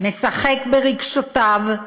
משחק ברגשותיו,